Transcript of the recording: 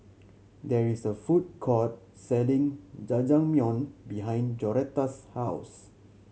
there is a food court selling Jajangmyeon behind Joretta's house